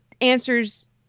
answers